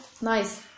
nice